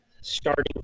starting